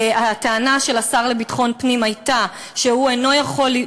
הטענה של השר לביטחון הפנים הייתה שהוא אינו יכול,